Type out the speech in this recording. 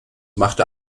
machte